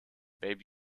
baby